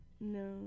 No